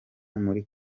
muri